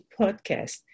Podcast